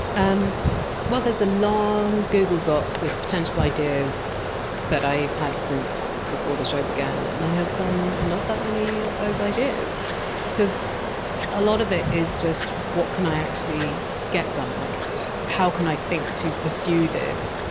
um well there's a long google doc with potential ideas that i've had since before the show began. and i have done not that many of those ideas because a lot of it is just what can i actually get done? like how can i think to pursue this?